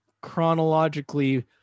chronologically